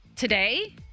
Today